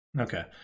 Okay